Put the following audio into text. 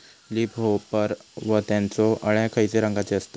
Leaf hopper व त्यानचो अळ्या खैचे रंगाचे असतत?